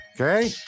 okay